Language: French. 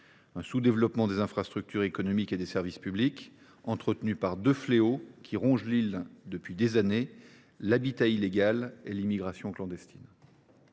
un sous développement des infrastructures économiques et des services publics, entretenu par deux fléaux qui rongent l’île depuis des années : l’habitat illégal et l’immigration clandestine